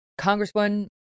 Congresswoman